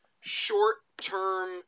short-term